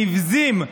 נבזיים,